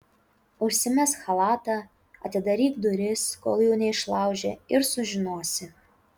užsimesk chalatą atidaryk duris kol jų neišlaužė ir sužinosi